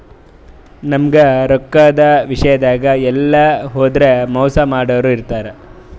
ನಮ್ಗ್ ರೊಕ್ಕದ್ ವಿಷ್ಯಾದಾಗ್ ಎಲ್ಲ್ ಹೋದ್ರು ಮೋಸ್ ಮಾಡೋರ್ ಇರ್ತಾರ